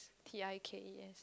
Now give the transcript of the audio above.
T I K E S